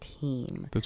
team